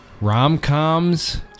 Rom-coms